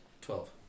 twelve